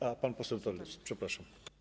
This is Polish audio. A, pan poseł Telus, przepraszam.